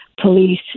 police